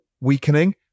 weakening